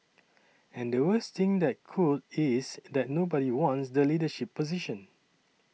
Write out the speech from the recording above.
and the worst thing that could is that nobody wants the leadership position